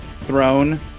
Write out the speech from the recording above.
throne